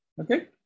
okay